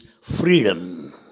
freedom